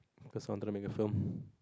cause I wanted to make a film